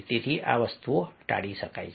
તેથી આ વસ્તુઓ ટાળી શકાય છે